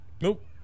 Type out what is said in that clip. nope